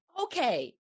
Okay